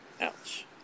Ouch